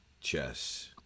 Chess